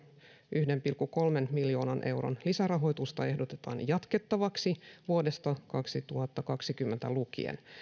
yhden pilkku kolmen miljoonan euron lisärahoitusta ehdotetaan jatkettavaksi vuodesta kaksituhattakaksikymmentä lukien